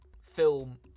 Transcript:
film